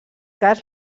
cas